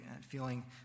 feeling